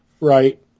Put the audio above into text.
right